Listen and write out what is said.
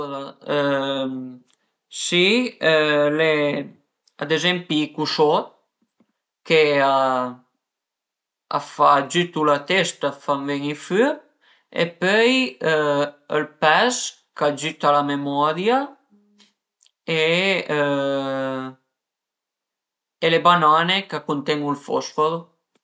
Alura si ad ezempi i cusot che a fa agiütu la testa, a fan ven-i fürp e pöi ël pes ch'agiütu la memoria e le banane ch'a cuntenu ël fosforo